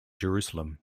jerusalem